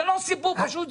זה לא סיפור פשוט.